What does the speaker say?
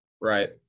right